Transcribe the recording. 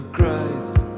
Christ